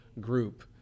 group